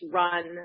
run